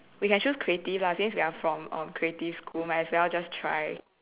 we can choose creative lah since we're from um from creative school might as well just try